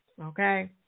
Okay